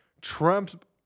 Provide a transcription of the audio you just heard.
Trump